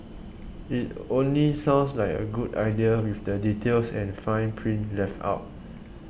it only sounds like a good deal with the details and fine print left out